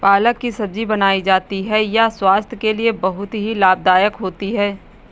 पालक की सब्जी बनाई जाती है यह स्वास्थ्य के लिए बहुत ही लाभदायक होती है